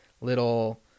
little